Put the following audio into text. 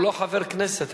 הוא לא חבר כנסת,